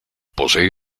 posee